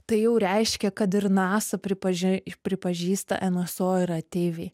tai jau reiškia kad ir nasa pripaži pripažįsta nso yra ateiviai